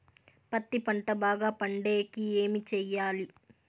పత్తి పంట బాగా పండే కి ఏమి చెయ్యాలి?